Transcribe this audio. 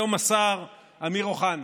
היום השר אמיר אוחנה.